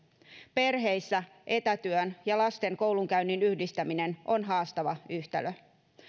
perheissä etätyön ja lasten koulunkäynnin yhdistäminen on haastava yhtälö